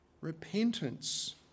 repentance